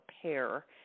prepare